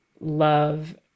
love